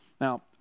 Now